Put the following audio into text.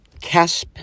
Casp